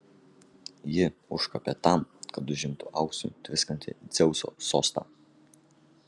ji užkopė tam kad užimtų auksu tviskantį dzeuso sostą